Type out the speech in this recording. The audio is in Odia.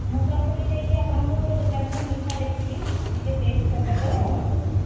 ମୁଁ ପ୍ରଥମେ ଯାଇକି ଆପଣଙ୍କ ଦୋକାନକୁ ମିଠା ଦେଖିବି ନିଜେ ଟେଷ୍ଟ କରିଲା ପରେ ଅର୍ଡ଼ର କରିବି